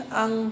ang